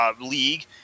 league